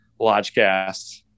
Lodgecast